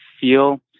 feel